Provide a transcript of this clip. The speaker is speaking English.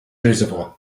reservoir